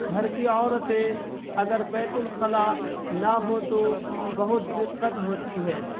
گھر کی عورتیں اگر بیت الخلاء نہ ہو تو بہت دقت ہوتی ہے